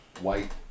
white